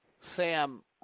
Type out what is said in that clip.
Sam